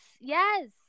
Yes